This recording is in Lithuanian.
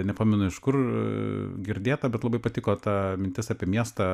nepamenu iš kur girdėta bet labai patiko ta mintis apie miestą